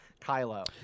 Kylo